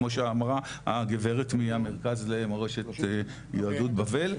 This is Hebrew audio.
כמו שאמרה הגברת מהמרכז למורשת יהדות בבל,